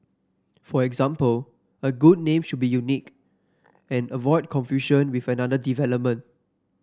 for example a good name should be unique and avoid confusion with another development